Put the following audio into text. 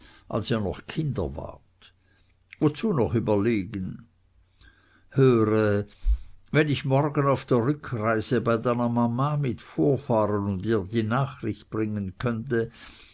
als ihr noch kinder wart wozu noch überlegen höre wenn ich morgen auf der rückreise bei deiner mama mit vorfahren und ihr die nachricht bringen könnte